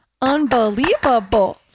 Unbelievable